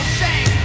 shame